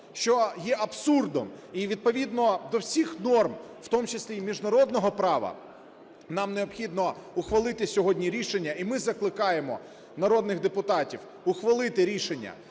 що є абсурдом. І відповідно до всіх норм, в тому числі і міжнародного права, нам необхідно ухвалити сьогодні рішення і ми закликаємо народних депутатів ухвалити рішення